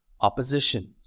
opposition